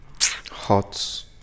Hot